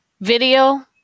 video